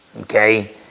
Okay